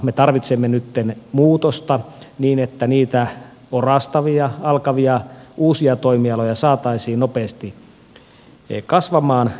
me tarvitsemme nyt muutosta niin että niitä orastavia alkavia uusia toimialoja saataisiin nopeasti kasvamaan